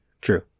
true